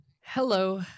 hello